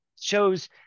Shows